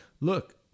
look